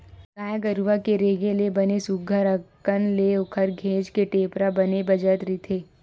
गाय गरुवा के रेगे ले बने सुग्घर अंकन ले ओखर घेंच के टेपरा बने बजत रहिथे